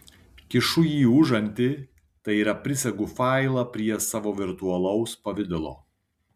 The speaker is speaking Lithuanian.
kišu jį į užantį tai yra prisegu failą prie savo virtualaus pavidalo